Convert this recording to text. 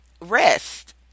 rest